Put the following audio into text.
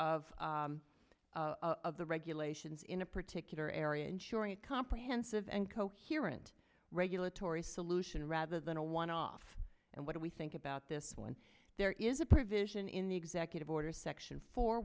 of of the regulator it's in a particular area ensuring a comprehensive and coherent regulatory solution rather than a one off and what do we think about this one there is a provision in the executive order section fo